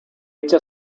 echa